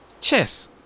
Chess